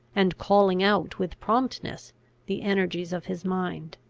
and calling out with promptness the energies of his mind.